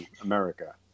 America